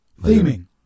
theming